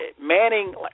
Manning